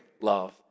love